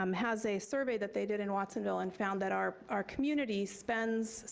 um has a survey that they did in watsonville and found that our our community spends,